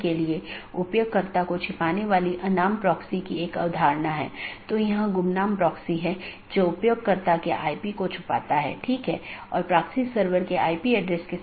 इसलिए open message दो BGP साथियों के बीच एक सेशन खोलने के लिए है दूसरा अपडेट है BGP साथियों के बीच राउटिंग जानकारी को सही अपडेट करना